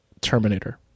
Terminator